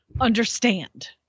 understand